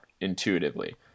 intuitively